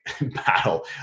battle